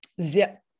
zip